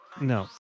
no